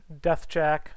Deathjack